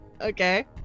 Okay